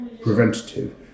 preventative